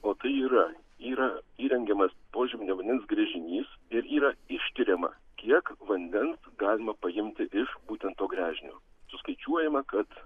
o tai yra yra įrengiamas požeminio vandens gręžinys ir yra ištiriama kiek vandens galima paimti iš būtent to gręžinio suskaičiuojama kad